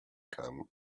come